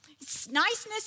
Niceness